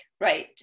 right